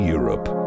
Europe